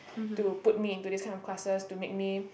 to put me into this kind of classes to make me